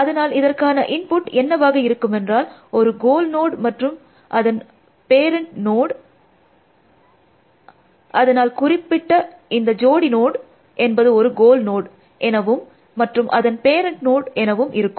அதனால் இதற்கான இன்புட் என்னவாக இருக்குமென்றால் ஒரு கோல் நோட் மற்றும் அதன் பேரண்ட் நோட் அதனால் குறிப்பிட்ட இந்த ஜோடி நோட் என்பது ஒரு கோல் நோட் எனவும் மற்றும் அதன் பேரண்ட் நோட் எனவும் இருக்கும்